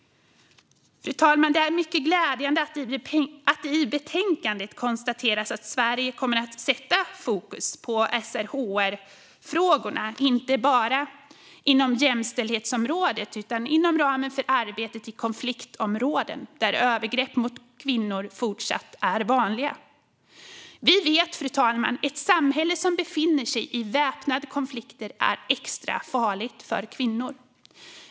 Fru talman! Det är mycket glädjande att det i betänkandet konstateras att Sverige kommer att sätta fokus på SRHR-frågorna inte bara inom jämställdhetsområdet utan även inom ramen för arbetet i konfliktområden där övergrepp mot kvinnor fortsatt är vanliga. Vi vet, fru talman, att ett samhälle som befinner sig i väpnad konflikt är extra farligt för kvinnor.